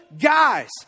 guys